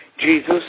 Jesus